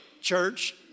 church